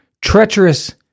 treacherous